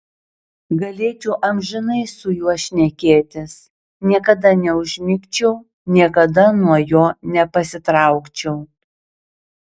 galėčiau amžinai su juo šnekėtis niekada neužmigčiau niekada nuo jo nepasitraukčiau